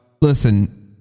listen